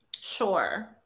Sure